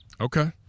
Okay